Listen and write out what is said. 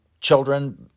children